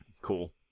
Cool